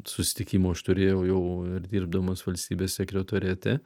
susitikimų aš turėjau jau ir dirbdamas valstybės sekretoriate